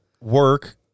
Work